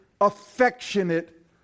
affectionate